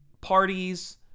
parties